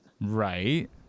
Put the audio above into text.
right